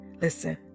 Listen